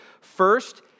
First